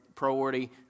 priority